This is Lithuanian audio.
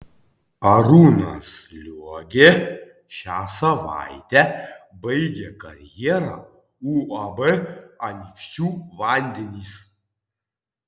arūnas liogė šią savaitę baigė karjerą uab anykščių vandenys